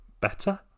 better